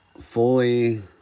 Fully